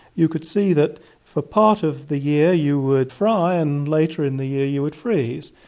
you could see that for part of the year you would fry and later in the year you would freeze.